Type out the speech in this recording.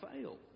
fail